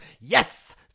Yes